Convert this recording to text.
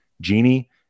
Genie